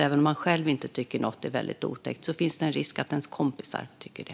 Även om man själv inte tycker att någonting är väldigt otäckt finns det en risk att ens kompisar tycker det.